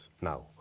Now